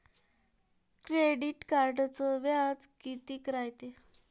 Credit कार्डचं व्याज कितीक रायते?